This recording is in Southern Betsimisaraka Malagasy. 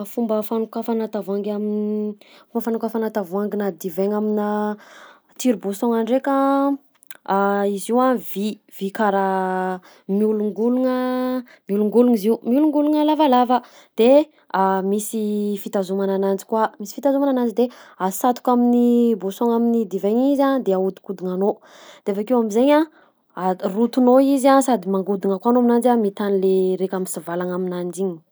Fomba fanokafana tavoahangy am- fomba fanokafana tavoahanginà divaigna aminà tire bouchon-gna ndraika: izy io a vy, vy karaha miolongologna miolongologna izy io, miolongologna lavalava de misy fitazomana ananjy koa, misy fitazomana ananjy de asatoka amin'ny bouchon-gna amin'ny divaigna igny izy a de ahodikodignanao, de avy akeo am'zaigny a rotonao izy a sady mangodigna koa anao aminanjy a mitan'le raika misivalagna aminanjy igny.